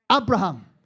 Abraham